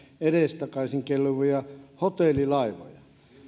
edestakaisin kelluvia hotellilaivoja